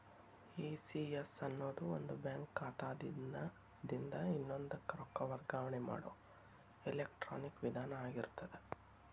ECS ಅನ್ನೊದು ಒಂದ bank ಖಾತಾದಿನ್ದ ಇನ್ನೊಂದಕ್ಕ ರೊಕ್ಕ ವರ್ಗಾವಣೆ ಮಾಡೊ ಎಲೆಕ್ಟ್ರಾನಿಕ್ ವಿಧಾನ ಆಗಿರ್ತದ